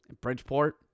Bridgeport